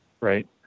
right